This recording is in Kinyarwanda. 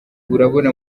urabona